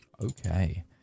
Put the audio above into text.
Okay